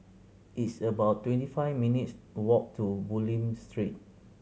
it's about twenty five minutes' walk to Bulim Street